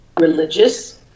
religious